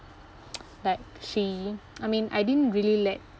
like she I mean I didn't really let